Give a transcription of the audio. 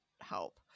help